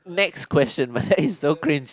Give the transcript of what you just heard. next question man is so cringy